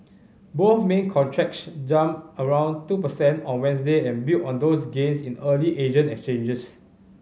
both main contracts jumped around two percent on Wednesday and built on those gains in early Asian exchanges